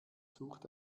sucht